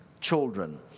children